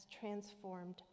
transformed